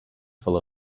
full